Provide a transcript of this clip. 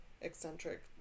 eccentric